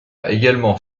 également